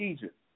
Egypt